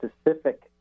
specific